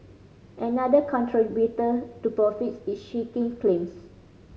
another contributor to profits is shrinking claims